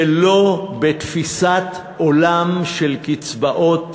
ולא בתפיסת עולם של קצבאות.